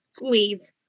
leave